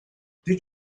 did